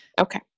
Okay